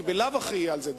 כי בלאו הכי יהיה על זה דיון.